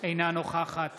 אינה נוכחת